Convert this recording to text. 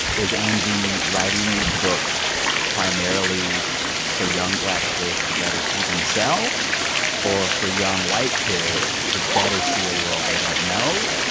is angie writing these books primarily for young black kids to better see themselves or for young white kids to better see a world they don't know,